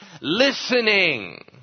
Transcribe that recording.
listening